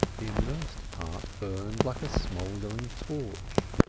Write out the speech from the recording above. the immersed part burned like a smouldering torch.